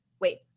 wait